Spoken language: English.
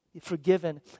forgiven